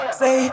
say